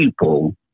people